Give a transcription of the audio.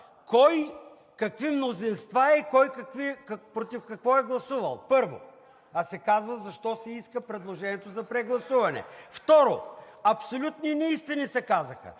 какви мнозинства и кой против какво е гласувал, първо, а се казва защо се иска предложението за прегласуване. Второ, абсолютни неистини се казаха.